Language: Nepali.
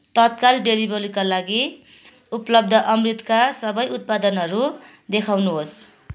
तत्काल डेलिभरीका लागि उपलब्ध अमृतका सबै उत्पादनहरू देखाउनुहोस्